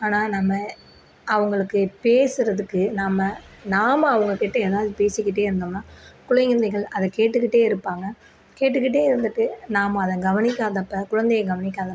ஆனால் நம்ம அவங்களுக்கு பேசுகிறதுக்கு நம்ம நாம அவங்க கிட்ட எதாவது பேசிக்கிட்டே இருந்தோம்னால் குழந்தைகள் அதை கேட்டுகிட்டே இருப்பாங்க கேட்டுகிட்டே இருந்துட்டு நாம அதை கவனிக்காதப்ப குழந்தையை கவனிக்காதப்ப